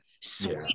Sweet